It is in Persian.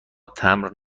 تمبر